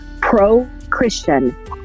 pro-Christian